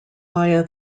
via